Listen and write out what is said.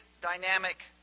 dynamic